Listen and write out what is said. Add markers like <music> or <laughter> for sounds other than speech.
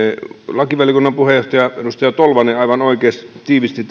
lakivaliokunnan puheenjohtaja edustaja tolvanen aivan oikein tiivisti <unintelligible>